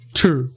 two